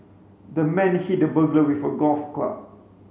the man hit the burglar with a golf club